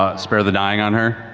ah spare the dying on her.